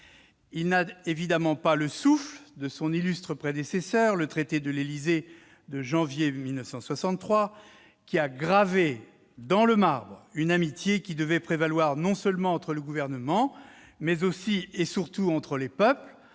s'il n'a évidemment pas le souffle de son illustre prédécesseur, le traité de l'Élysée de janvier 1963, qui a gravé dans le marbre une amitié qui devait prévaloir non seulement entre les gouvernements, mais aussi et surtout entre les peuples,